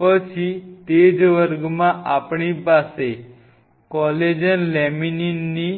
પછી તે જ વર્ગ માં આપણી પાસે કોલેજન લેમિનીનની